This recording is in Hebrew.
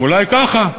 ואולי ככה.